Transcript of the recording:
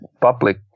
public